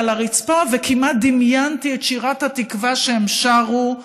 על הרצפה כמעט דמיינתי את שירת "התקווה" שהם שרו,